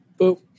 boop